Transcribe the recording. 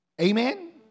Amen